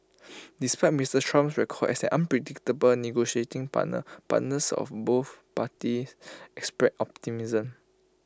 despite Mister Trump's record as an unpredictable negotiating partner partners of both parties expressed optimism